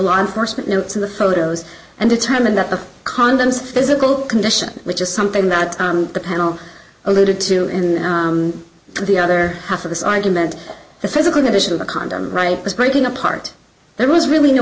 law enforcement to the photos and determine that the condoms physical condition which is something that the panel alluded to in the other half of this argument the physical condition of the condom right was breaking apart there was really no